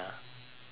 or not